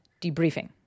debriefing